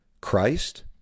Christ